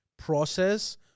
process